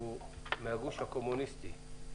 שהוא מהגוש הקומוניסטי,